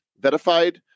vetified